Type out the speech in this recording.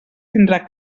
tindrà